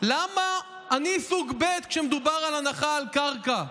למה אני סוג ב' כשמדובר על הנחה על קרקע?